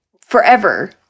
forever